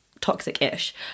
toxic-ish